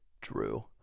Drew